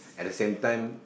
at the same time